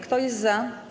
Kto jest za?